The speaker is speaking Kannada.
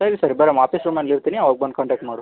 ಸರಿ ಸರಿ ಬಾರಮ್ಮ ಆಫೀಸ್ ರೂಮಲ್ಲಿ ಇರ್ತಿನಿ ಆವಾಗ ಬಂದು ಕಾನ್ಟೆಕ್ಟ್ ಮಾಡು